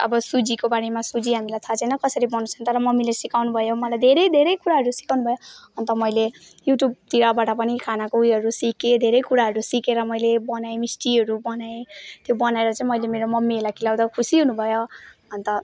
अब सुजीको बारेमा सुजी हामीलाई थाहा छैन कसरी बन्छ तर मम्मीले सिकाउनु भयो मलाई धेरै धेरै कुराहरू सिकाउनु भयो अन्त मैले युट्युबतिरबाट पनि खानाको उयोहरू सिकेँ धेरै कुराहरू सिकेर मैले बनाएँ मिस्टीहरू बनाएँ त्यो बनाएर चाहिँ मैले मेरो मम्मीहरूलाई खुवाउँदा खुसी हुनुभयो अन्त